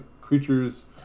creatures